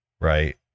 Right